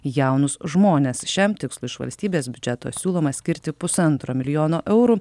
jaunus žmones šiam tikslui iš valstybės biudžeto siūloma skirti pusantro milijono eurų